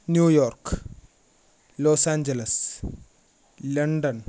New York Los Angeles London